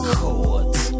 Chords